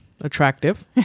attractive